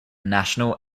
national